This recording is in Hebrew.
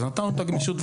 אז נתנו את הגמישות,